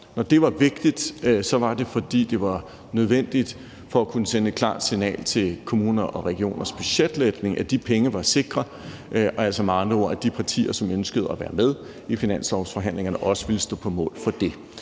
Når det var vigtigt, var det, fordi det var nødvendigt for at kunne sende et klart signal til kommuner og regioners budgetlægning om, at de penge var sikre. Med andre ord var det altså vigtigt, at de partier, som ønskede at være med i finanslovsforhandlingerne, også ville stå på mål for det.